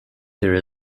there